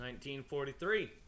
1943